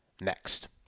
next